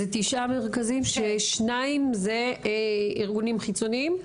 זה תשעה מרכזים ששניים זה ארגונים חיצוניים?